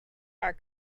are